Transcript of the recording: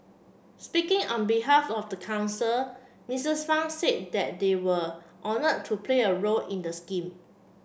speaking on behalf of the council Misses Fang said that they were honour to play a role in the scheme